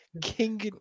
king